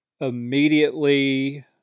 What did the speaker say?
immediately